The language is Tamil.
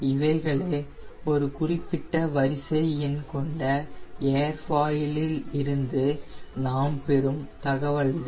இவைகளே ஒரு குறிப்பிட்ட வரிசை எண் கொண்ட ஏர்ஃபாயிலில் இருந்து நாம் பெறும் தகவல்கள்